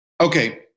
Okay